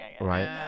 right